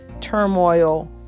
turmoil